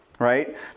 right